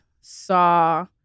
saw